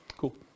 Cool